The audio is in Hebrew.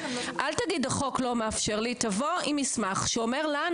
אל תגיד "החוק לא מאפשר לי" תבוא עם מסמך שאומר לנו,